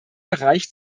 bereich